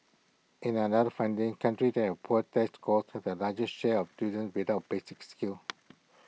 in another findings countries that had poor test scores had the largest share of students without basic skills